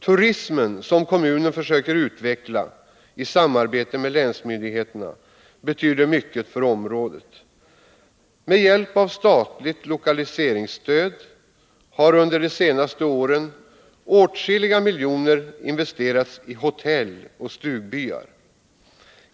Turismen, som kommunen försöker utveckla i samarbete med länsmyndigheterna, betyder mycket för området. Med hjälp av statligt lokaliseringsstöd har under de senaste åren åtskilliga miljoner investerats i hotell och stugbyar.